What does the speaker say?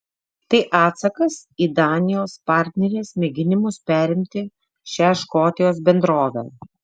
tai atsakas į danijos partnerės mėginimus perimti šią škotijos bendrovę